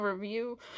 review